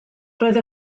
roedd